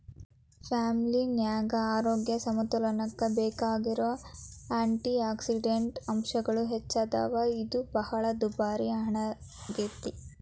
ಪ್ಲಮ್ಹಣ್ಣಿನ್ಯಾಗ ಆರೋಗ್ಯ ಸಮತೋಲನಕ್ಕ ಬೇಕಾಗಿರೋ ಆ್ಯಂಟಿಯಾಕ್ಸಿಡಂಟ್ ಅಂಶಗಳು ಹೆಚ್ಚದಾವ, ಇದು ಬಾಳ ದುಬಾರಿ ಹಣ್ಣಾಗೇತಿ